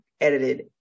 edited